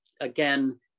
Again